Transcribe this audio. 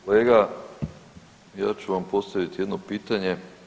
Kolega, ja ću vam postaviti jedno pitanje.